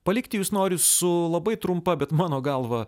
palikti jus noriu su labai trumpa bet mano galva